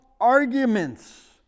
arguments